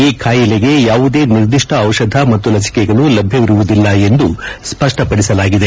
ಈ ಖಾಯಿಲೆಗೆ ಯಾವುದೇ ನಿರ್ದಿಷ್ಟ ಔಷಧ ಮತ್ತು ಲಸಿಕೆಗಳು ಲಭ್ಯವಿರುವುದಿಲ್ಲ ಎಂದು ಸ್ಪಷ್ಪಪಡಿಸಲಾಗಿದೆ